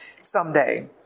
someday